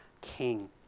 king